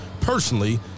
personally